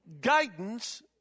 guidance